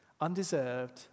Undeserved